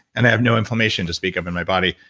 and i have no inflammation to speak of in my body,